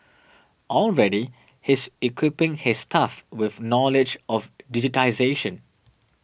already he is equipping his staff with knowledge of digitisation